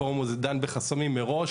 הפורום הזה דן בחסמים מראש,